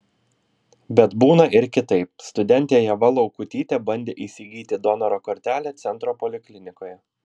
bet būna ir kitaip studentė ieva laukutytė bandė įsigyti donoro kortelę centro poliklinikoje